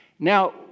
Now